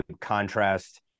contrast